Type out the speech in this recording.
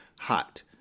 hot